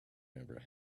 never